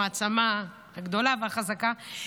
המעצמה הגדולה והחזקה,